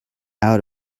out